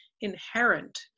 inherent